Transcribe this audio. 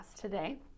today